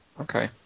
Okay